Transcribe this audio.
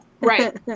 Right